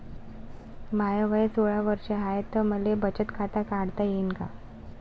माय वय सोळा वर्ष हाय त मले बचत खात काढता येईन का?